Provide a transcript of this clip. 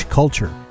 culture